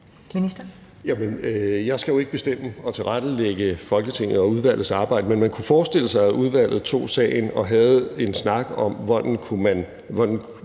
jeg skal jo ikke bestemme og tilrettelægge Folketingets og udvalgets arbejde, men man kunne forestille sig, at udvalget tog sagen og havde en snak om, hvad det var